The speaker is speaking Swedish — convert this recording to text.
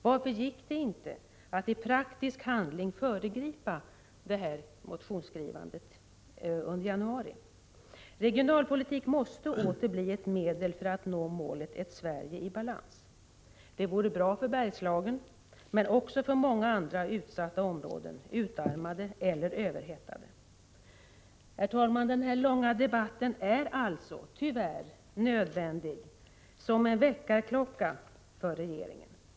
Varför gick det inte att i praktisk handling föregripa motionsskrivandet under januari? Regionalpolitik måste åter bli ett medel för att nå målet: Ett Sverige i balans. Det vore bra för Bergslagen men också för många andra utsatta områden, utarmade eller överhettade. Herr talman! Denna långa debatt är alltså tyvärr nödvändig som en väckarklocka för regeringen.